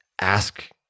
ask